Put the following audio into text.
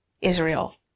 israel